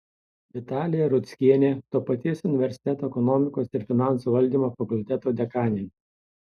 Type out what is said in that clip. vitalija rudzkienė to paties universiteto ekonomikos ir finansų valdymo fakulteto dekanė